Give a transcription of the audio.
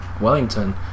Wellington